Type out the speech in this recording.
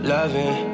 Loving